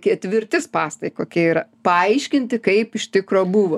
ketvirti spąstai kokie yra paaiškinti kaip iš tikro buvo